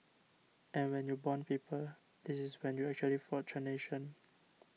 and when you bond people this is when you actually forge a nation